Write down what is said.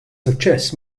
suċċess